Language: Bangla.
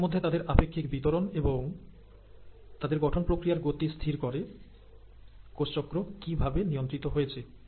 কোষের মধ্যে তাদের আপেক্ষিক বিতরণ এবং তাদের গঠন প্রক্রিয়ার গতি স্থির করে কোষ চক্র কী ভাবে নিয়ন্ত্রিত হয়েছে